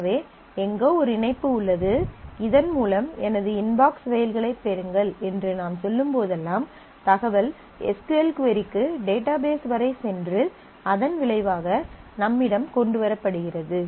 எனவே எங்கோ ஒரு இணைப்பு உள்ளது இதன் மூலம் எனது இன்பாக்ஸ் மெயில்களைப் பெறுங்கள் என்று நாம் சொல்லும் போதெல்லாம் தகவல் எஸ் க்யூ எல் கொரிக்கு டேட்டாபேஸ் வரை சென்று அதன் விளைவாக நம்மிடம் கொண்டு வரப்படுகிறது